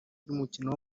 ry’umukino